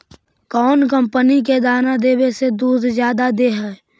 कौन कंपनी के दाना देबए से दुध जादा दे है?